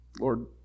Lord